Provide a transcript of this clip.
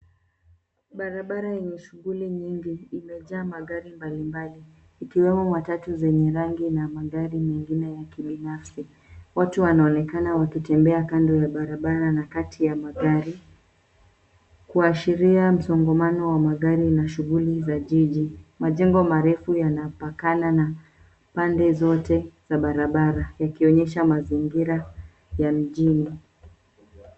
Barabara yenye shughuli nyingi imejaa magari mbalimbali ikiwemo matatu zenye rangi na magari nyingine ya kibinafsi. Watu wanaonekana wakitembea kando ya barabara na kati ya magari, kuashiria msongamano wa magari na shughuli za jiji. Majengo marefu yanapakana na pande zote yakionyesha mazingira ya mijini.